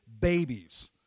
babies